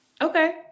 Okay